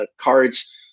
cards